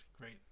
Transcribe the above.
great